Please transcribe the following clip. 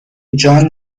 جان